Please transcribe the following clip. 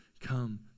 come